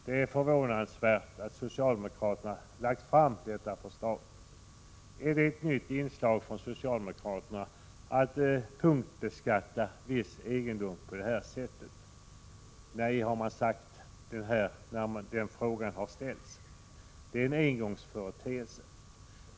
Det är förvånansvärt att socialdemokraterna har lagt fram detta förslag. Är det ett nytt inslag från socialdemokraterna att punktbeskatta viss egendom på det här sättet? Nej, har man sagt när den frågan har ställts. Det är en engångsföreteelse.